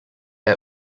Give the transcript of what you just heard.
had